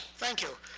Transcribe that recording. thank you.